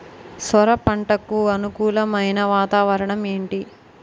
సొర పంటకు అనుకూలమైన వాతావరణం ఏంటి?